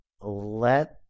let